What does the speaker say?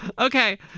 Okay